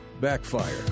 Backfire